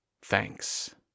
thanks